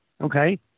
okay